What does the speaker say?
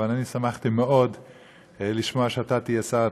אבל אני שמחתי מאוד לשמוע שאתה תהיה שר התקשורת,